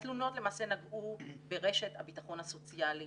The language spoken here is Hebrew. התלונות למעשה נגעו ברשת הביטחון הסוציאלי